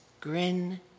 grin